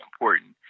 important